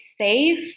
safe